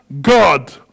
God